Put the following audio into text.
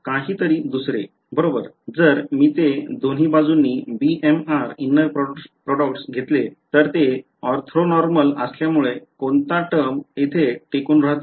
काहीतरी दुसरे बरोबर जर मी ते दोन्ही बाजूंनी b m r inner products घेतले तर ते ऑर्थोनॉर्मल असल्यामुळे कोणता टर्म तिथे टिकून राहतो